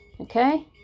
okay